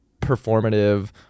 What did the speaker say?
performative